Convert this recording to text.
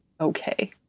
okay